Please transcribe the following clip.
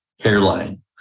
hairline